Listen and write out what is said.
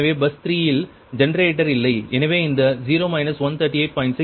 எனவே பஸ் 3 இல் ஜெனரேட்டர் இல்லை எனவே இந்த 0 138